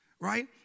right